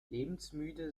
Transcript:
lebensmüde